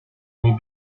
muy